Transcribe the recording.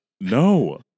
No